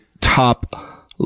top